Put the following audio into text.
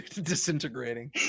disintegrating